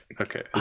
Okay